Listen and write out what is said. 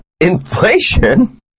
inflation